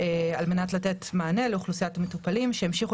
על מנת לתת מענה לאוכלוסיית המטופלים שימשיכו